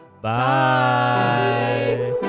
bye